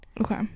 Okay